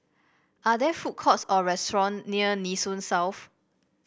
are there food courts or restaurant near Nee Soon South